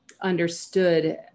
understood